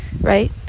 right